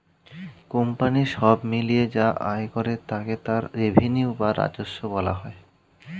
company সব মিলিয়ে যা আয় করে তাকে তার রেভিনিউ বা রাজস্ব বলা হয়